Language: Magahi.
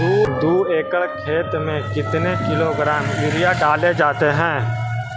दू एकड़ खेत में कितने किलोग्राम यूरिया डाले जाते हैं?